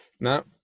now